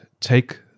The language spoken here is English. take